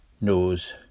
knows